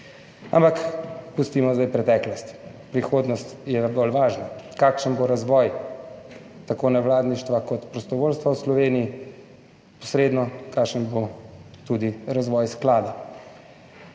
ampak pustimo zdaj preteklost, prihodnost je bolj važna. Kakšen bo razvoj tako nevladništva kot prostovoljstva v Sloveniji, posredno kakšen bo tudi razvoj sklada?